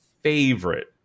favorite